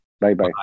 Bye-bye